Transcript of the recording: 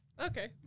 Okay